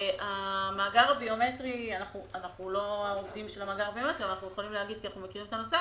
אנחנו אמנם לא עובדים שם אבל אנחנו מכירים את הנושא